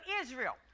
Israel